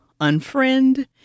unfriend